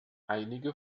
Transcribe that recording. einige